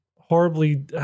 horribly